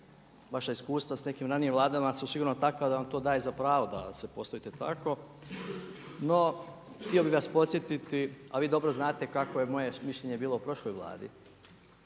Vaša iskustva s nekim ranije vladama su sigurno takva da vam to daje za pravo da se postavite tako. No, htio bih vas podsjetiti, a vi dobro znate kakvo je moje mišljenje bilo o prošloj Vladi